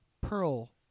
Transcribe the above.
pearl